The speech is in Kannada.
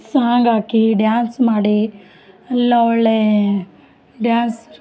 ಸಾಂಗ್ ಹಾಕಿ ಡ್ಯಾನ್ಸ್ ಮಾಡಿ ಎಲ್ಲ ಒಳ್ಳೇ ಡ್ಯಾನ್ಸ್